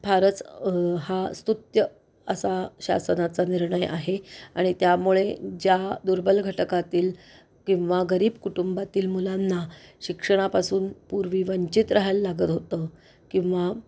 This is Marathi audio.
फारच हा स्तुत्य असा शासनाचा निर्णय आहे आणि त्यामुळे ज्या दुर्बल घटकातील किंवा गरीब कुटुंबातील मुलांना शिक्षणापासून पूर्वी वंचित राहायला लागत होतं किंवा